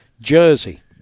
Jersey